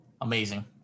amazing